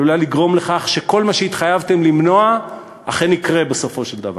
עלולה לגרום לכך שכל מה שהתחייבתם למנוע אכן יקרה בסופו של דבר.